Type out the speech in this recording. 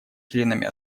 членами